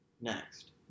next